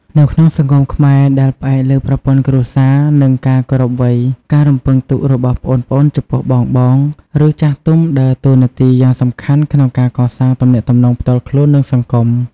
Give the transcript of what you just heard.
នៅក្នុងសង្គមខ្មែរដែលផ្អែកលើប្រព័ន្ធគ្រួសារ និងការគោរពវ័យ ការរំពឹងទុករបស់ប្អូនៗចំពោះបងៗ ឬចាស់ទុំដើរតួនាទីយ៉ាងសំខាន់ក្នុងការកសាងទំនាក់ទំនងផ្ទាល់ខ្លួន និងសង្គម។